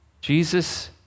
Jesus